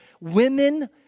women